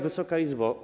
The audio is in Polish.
Wysoka Izbo!